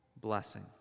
blessing